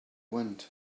wind